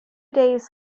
days